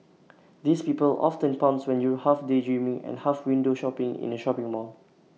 these people often pounce when you're half daydreaming and half window shopping in the shopping mall